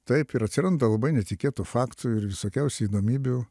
taip ir atsiranda labai netikėtų faktų ir visokiausių įdomybių